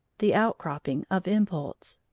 the outcropping of impulse,